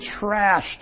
trashed